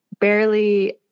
barely